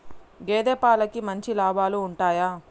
గేదే పాలకి మంచి లాభాలు ఉంటయా?